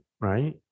Right